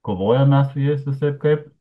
kovojam mes su jais visaip kaip